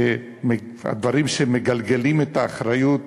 הדברים שמגלגלים את האחריות